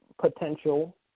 potential